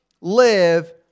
live